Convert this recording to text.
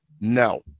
no